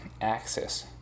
axis